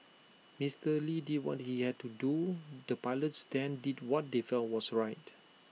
Mister lee did what he had to do the pilots then did what they felt was right